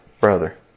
brother